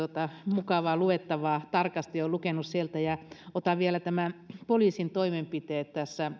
mukavaa luettavaa tarkasti olen lukenut sieltä ja otan esille vielä nämä poliisin toimenpiteet